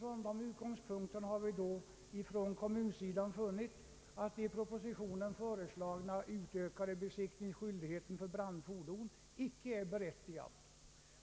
Med dessa utgångspunk ter har vi från kommunsidan funnit att den i propositionen föreslagna utökade besiktningsskyldigheten för brandfordon icke är berättigad.